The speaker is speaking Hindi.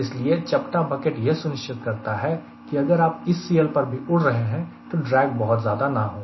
इसलिए चपटा बकेट यह सुनिश्चित करता है कि अगर हम इस CL पर भी उड़ रहे हैं तो ड्रैग बहुत ज्यादा ना हो